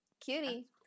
Cutie